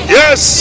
yes